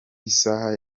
isaha